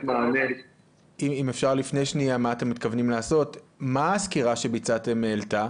מה הסקירה שביצעתם העלתה?